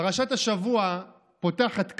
פרשת השבוע פותחת כך: